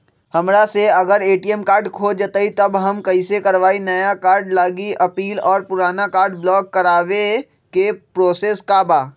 हमरा से अगर ए.टी.एम कार्ड खो जतई तब हम कईसे करवाई नया कार्ड लागी अपील और पुराना कार्ड ब्लॉक करावे के प्रोसेस का बा?